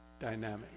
dynamic